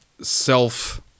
self